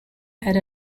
had